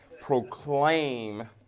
proclaim